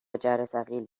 جرثقیل